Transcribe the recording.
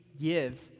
give